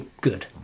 good